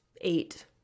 eight